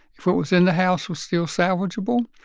if what was in the house was still salvageable,